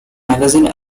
magazine